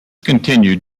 continued